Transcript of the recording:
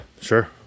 sure